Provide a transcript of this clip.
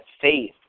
faith